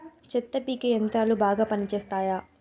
చెత్త పీకే యంత్రాలు బాగా పనిచేస్తాయా?